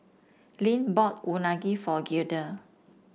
Lynne bought Unagi for Gilda